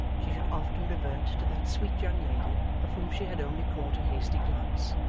she should often revert to that sweet young lady of whom she had only caught a hasty glance,